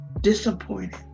disappointed